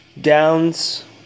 downs